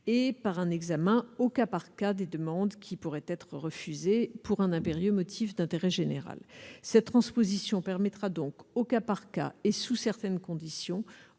et par un examen au cas par cas des demandes qui pourrait être refusée pour un impérieux motif d'intérêt général, cette transposition permettra donc au cas par cas et sous certaines conditions